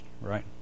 Right